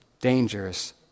dangerous